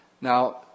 Now